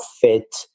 fit